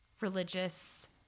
religious